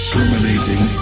Terminating